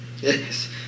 Yes